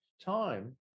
time